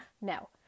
No